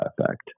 effect